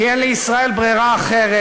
כי אין לישראל ברירה אחרת.